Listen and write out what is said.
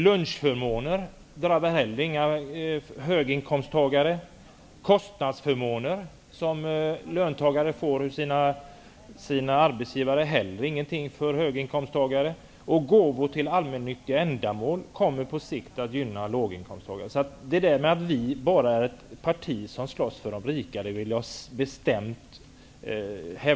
Lunchförmåner gynnar inga höginkomsttagare. Kostnadsförmåner, som löntagare får från sina arbetsgivare, är heller ingenting för höginkomsttagare. Gåvor till allmännyttiga ändamål kommer på sikt att gynna låginkomsttagare. Jag vill bestämt hävda att Ny demokrati inte är ett parti som bara slåss för de rika.